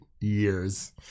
years